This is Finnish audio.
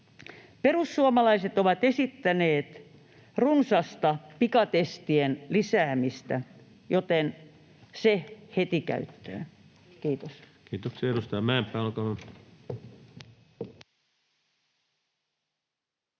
Perussuomalaiset ovat esittäneet runsasta pikatestien lisäämistä, joten se heti käyttöön. — Kiitos. Kiitoksia. — Edustaja